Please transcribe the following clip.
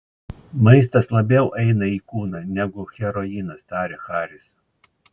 maistas labiau eina į kūną negu heroinas tarė haris